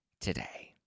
today